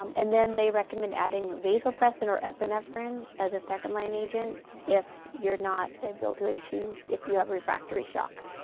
um and then they recommend adding vasopressin or epinephrine as a second-line agent if you're not able to achieve if you have refractory shock,